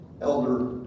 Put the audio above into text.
Elder